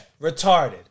retarded